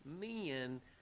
men